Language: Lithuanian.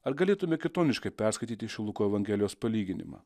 ar galėtume kitoniškai perskaityti šį luko evangelijos palyginimą